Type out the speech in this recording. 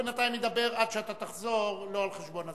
בינתיים, עד שתחזור הוא ידבר ולא על חשבון הזמן.